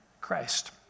Christ